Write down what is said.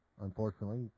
unfortunately